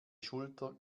schulter